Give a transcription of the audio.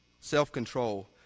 self-control